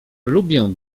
lubię